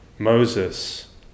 Moses